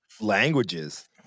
languages